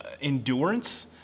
Endurance